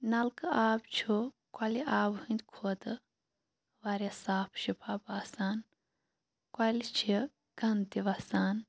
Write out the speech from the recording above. نَلقہٕ آب چھُ کۄلہِ آب ہِنٛدۍ کھۄتہٕ واریاہ صاف شِفاپھ آسان کۄلہِ چھِ گَنٛد تہِ وَسان